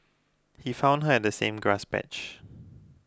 he found her at the same grass patch